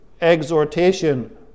exhortation